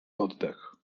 oddech